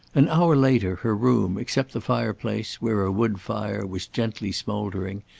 an hour later her room, except the fireplace, where a wood fire was gently smouldering,